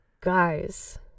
Guys